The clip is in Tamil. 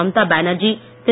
மம்தா பேனர்ஜி திரு